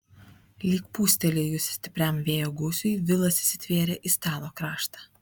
lyg pūstelėjus stipriam vėjo gūsiui vilas įsitvėrė į stalo kraštą